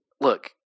look